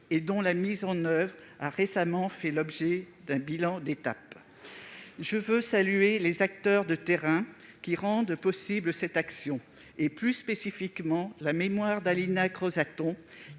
dont la mise en oeuvre a récemment fait l'objet d'un bilan d'étape. Je salue les acteurs de terrain qui rendent possible cette action et, plus spécifiquement, la mémoire d'Halina Creusaton,